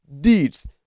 deeds